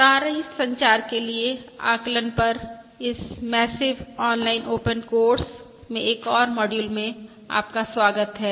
ताररहित संचार के लिए आकलन पर इस मैस्सिव ऑनलाइन ओपन कोर्स में एक और मॉड्यूल में आपका स्वागत है